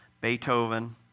Beethoven